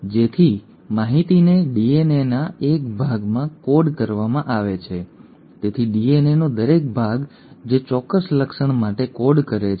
જેથી માહિતીને ડીએનએના એક ભાગમાં કોડ કરવામાં આવે છે તેથી ડીએનએનો દરેક ભાગ જે ચોક્કસ લક્ષણ માટે કોડ કરે છે